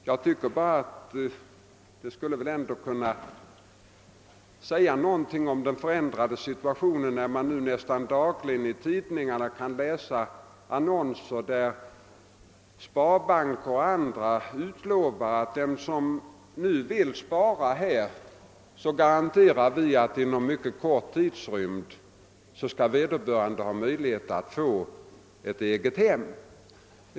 Jag tycker bara att det skulle kunna sägas någonting om den förändrade situationen, när man nu nästan dagligen i tidningarna kan läsa annonser, vari sparbanker och andra utlovar, att den som vill spara pengar hos dem skall inom mycket kort tidrymd kunna få ett eget hem.